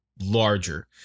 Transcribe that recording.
larger